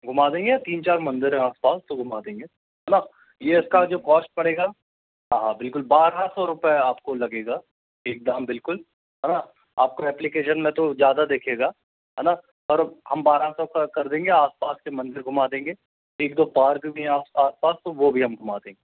घुमा देंगे तीन चार मन्दिर हैं आसपास तो घुमा देंगे है ना ये इसका जो कॉस्ट पड़ेगा हाँ हाँ बिल्कुल बारह सौ रुपए आपको लगेगा एक दाम बिल्कुल है ना आपको एप्लिकेशन में तो ज्यादा दिखेगा है ना पर हम बारह सौ का कर देंगे आसपास के मन्दिर घुमा देंगे एक दो पार्क भी हैं आसपास तो वो भी हम घुमा देंगे